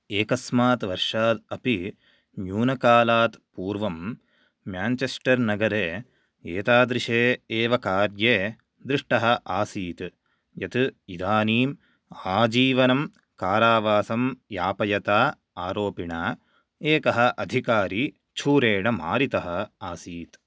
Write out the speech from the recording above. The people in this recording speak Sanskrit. एकस्मात् वर्षात् अपि न्यूनकालात् पूर्वं म्यान्चेस्टर् नगरे एतादृशे एव कार्ये दृष्टः आसीत् यत् इदानीम् आजीवनं कारावासं यापयता आरोपिणा एकः अधिकारी छूरेण मारितः आसीत्